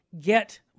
get